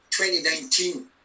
2019